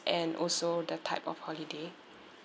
and also the type of holiday